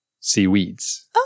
seaweeds